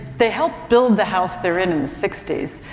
they helped build the house they're in in the sixty s.